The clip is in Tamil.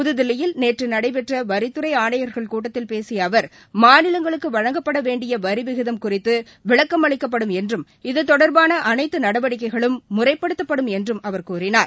புதுதில்லியில் நேற்று நடைபெற்ற வரித்துறை ஆணையர்கள் கூட்டத்தில் பேசிய அவர் மாநிலங்களுக்கு வழங்கப்பட வேண்டிய வரி விகிதம் குறித்து விளக்கம் அளிக்கப்படும் என்றும் இது தொடர்பான அனைத்து நடவடிக்கைகளும் முறைப்படுத்தப்படும் என்றும் கூறினார்